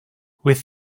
with